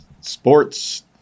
Sports